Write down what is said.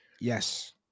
Yes